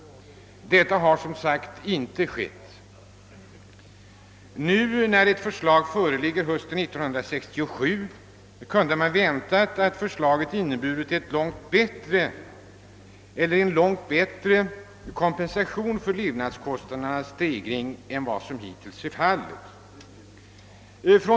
Detta har inte skett. När ett förslag nu föreligger hösten 1967 hade man väntat att det skulle inneburit en långt bättre kompensation för levnadskostnadernas stegring än som är fallet.